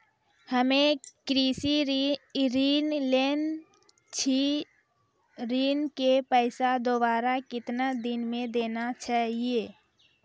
हम्मे कृषि ऋण लेने छी ऋण के पैसा दोबारा कितना दिन मे देना छै यो?